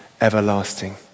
everlasting